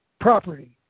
property